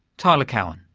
tyler cowen.